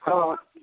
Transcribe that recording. हँ